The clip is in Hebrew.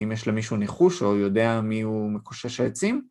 אם יש למישהו ניחוש או יודע מי הוא מקושש עצים.